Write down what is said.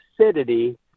acidity